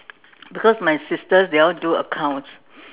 because my sisters they all do accounts